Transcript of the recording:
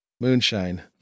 Moonshine